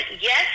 yes